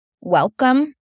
welcome